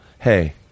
hey